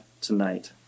tonight